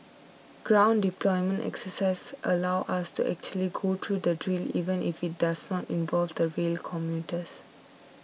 ground deployment exercises allow us to actually go through the drill even if it does not involve the rail commuters